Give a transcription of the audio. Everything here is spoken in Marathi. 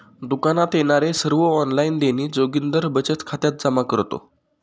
दुकानात येणारे सर्व ऑनलाइन देणी जोगिंदर बचत खात्यात जमा करतो